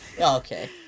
Okay